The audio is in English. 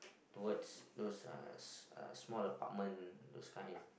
towards those uh uh small apartment those kind